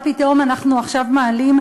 מה פתאום אנחנו עכשיו מעלים,